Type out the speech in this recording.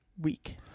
week